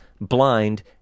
blind